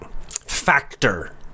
factor